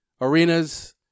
arenas